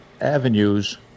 avenues